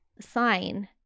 sign